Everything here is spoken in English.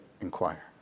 inquire